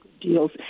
deals